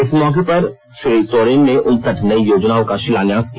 इस मौर्के पर श्री सोरेन ने उनसठ नई योजनाओं का शिलान्यास किया